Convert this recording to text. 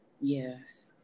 yes